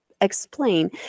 explain